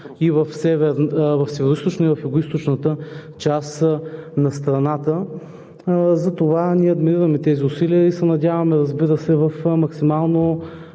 и в югоизточната част на страната. Затова ние адмирираме тези усилия и се надяваме, разбира се, в максимално